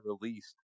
released